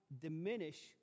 diminish